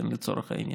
לצורך העניין.